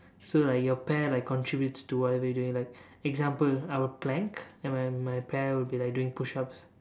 so like your pair like contributes to whatever you are doing like example our plank and my my pair will be like doing push ups